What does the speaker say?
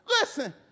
Listen